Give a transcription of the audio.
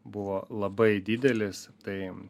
buvo labai didelis tai